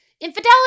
Infidelity